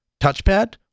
touchpad